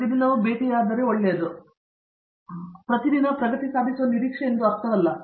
professor Babu Vishwanath ಇದು ಅಲ್ಲ ಇದು ಪ್ರತಿದಿನ ಪ್ರಗತಿ ಸಾಧಿಸುವ ನಿರೀಕ್ಷೆ ಎಂದು ಅರ್ಥವಲ್ಲ